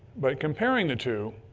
but comparing the two,